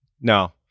No